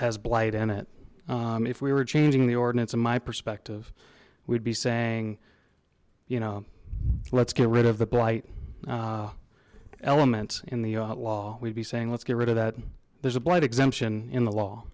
has blight in it if we were changing the ordinance in my perspective we'd be saying you know let's get rid of the blight elements in the law we'd be saying let's get rid of that there's a blight exemption in the